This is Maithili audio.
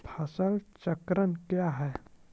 फसल चक्रण कया हैं?